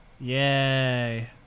Yay